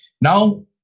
Now